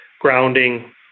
grounding